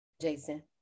jason